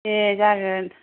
दे जागोन